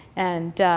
and